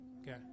Okay